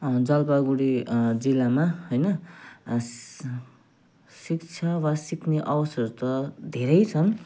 जलपाइगुडी जिल्लामा होइन शिक्षा वा सिक्ने अवसर त धेरै छन्